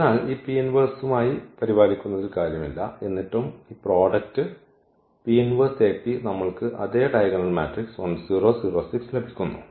അതിനാൽ ഈ പി ഇൻവേഴ്സ്മായി പരിപാലിക്കുന്നതിൽ കാര്യമില്ല എന്നിട്ടും ഈ പ്രോഡക്റ്റ് നമ്മൾക്ക് അതേ ഡയഗണൽ മാട്രിക്സ് 1 0 0 6 ലഭിക്കുന്നു